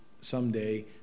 someday